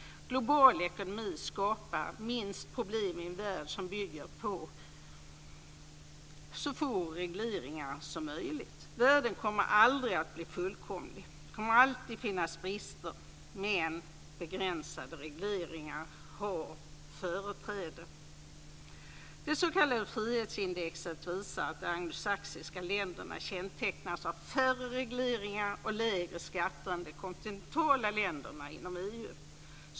Global ekonomi skapar minst problem i en värld som bygger på så få regleringar som möjligt. Världen kommer aldrig att bli fullkomlig. Det kommer alltid att finnas brister, men begränsade regleringar har företräde. De s.k. frihetsindexen visar att de anglosachsiska länderna kännetecknas av färre regleringar och lägre skatter än de kontinentala länderna inom EU.